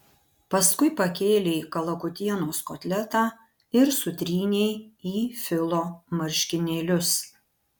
paskui pakėlei kalakutienos kotletą ir sutrynei į filo marškinėlius